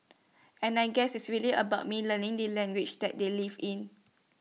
and I guess it's really about me learning the language that they live in